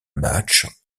matchs